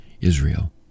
Israel